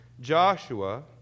Joshua